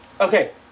Okay